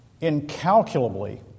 incalculably